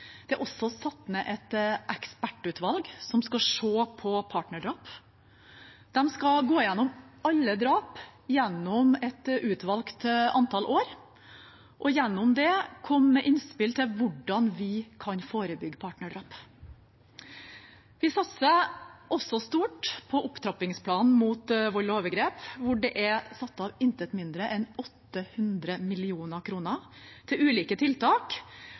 Det er også satt ned et ekspertutvalg som skal se på partnerdrap. De skal gå igjennom alle drap gjennom et utvalgt antall år og skal gjennom det komme med innspill til hvordan vi kan forebygge partnerdrap. Vi satser også stort på opptrappingsplanen mot vold og overgrep, hvor det er satt av intet mindre enn 800 mill. kr til ulike tiltak.